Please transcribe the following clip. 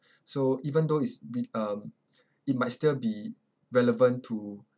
so even though it's be uh it might still be relevant to